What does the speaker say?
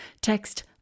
text